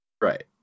right